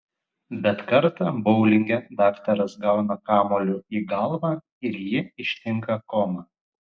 bet kartą boulinge daktaras gauna kamuoliu į galvą ir jį ištinka koma